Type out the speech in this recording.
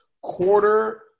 quarter